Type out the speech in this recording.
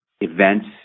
events